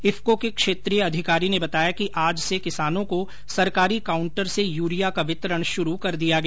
इफ्को के क्षेत्रीय अधिकारी ने बताया कि आज से किसानों को सरकारी काउंटर से यूरिया का वितरण शुरू कर दिया गया